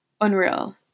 unreal